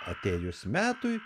atėjus metui